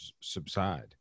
subside